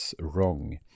wrong